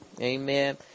Amen